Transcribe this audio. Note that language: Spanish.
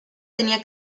tenía